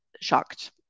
shocked